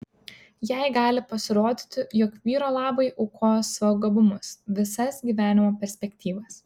jai gali pasirodyti jog vyro labui aukoja savo gabumus visas gyvenimo perspektyvas